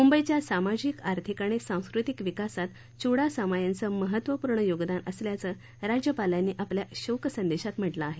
मुंबईच्या सामाजिक आर्थिक आणि सांस्कृतिक विकासात चुडासामा यांचं महत्त्वपूर्ण योगदान असल्याचं राज्यपालांनी आपल्या शोकसंदेशात म्हटलं आहे